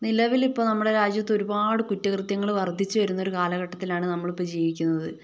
നിലവിലിപ്പോൾ നമ്മുടെ രാജ്യത്ത് ഒരുപാട് കുറ്റകൃത്യങ്ങള് വർധിച്ച് വരുന്ന ഒരു കാലഘട്ടത്തിലാണ് നമ്മള് ഇപ്പൊൾ ജീവിക്കുന്നത്